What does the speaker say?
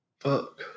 Fuck